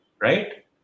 right